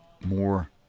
more